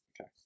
Okay